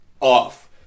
off